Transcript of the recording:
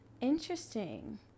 Interesting